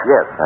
Yes